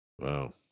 Wow